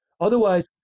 Otherwise